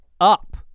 up